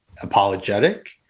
apologetic